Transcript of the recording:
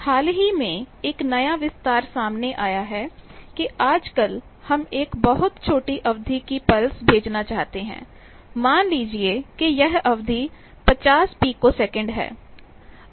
हाल ही में एक नया विस्तार सामने आया है कि आजकल हम एक बहुत छोटी अवधि की पल्स भेजना चाहते हैं मान लीजिए कि यह अवधि 50 पिकोसेकंड है